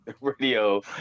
Radio